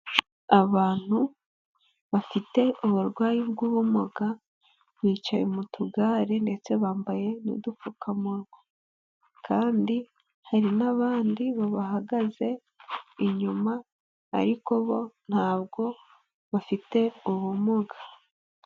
Abantu bafite uburwayi bw'ubumuga bicaye mu tugare ndetse bambaye n'udupfukamunwa kandi hari n'abandi bahagaze inyuma ariko bo ntabwo bafite ubumuga.